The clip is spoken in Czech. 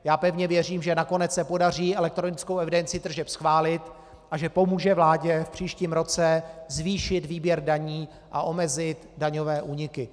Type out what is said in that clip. Já pevně věřím, že nakonec se podaří elektronickou evidenci tržeb schválit, a že pomůže vládě v příštím roce zvýšit výběr daní a omezit daňové úniky.